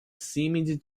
seemed